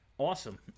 Awesome